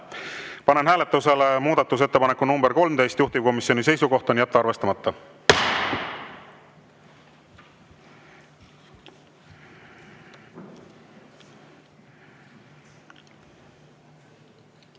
Panen hääletusele muudatusettepaneku nr 13, juhtivkomisjoni seisukoht on jätta arvestamata.